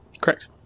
Correct